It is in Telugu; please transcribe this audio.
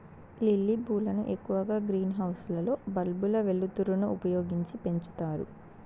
లిల్లీ పూలను ఎక్కువగా గ్రీన్ హౌస్ లలో బల్బుల వెలుతురును ఉపయోగించి పెంచుతారు